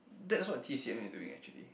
that's what t_c_m is doing actually